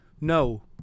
no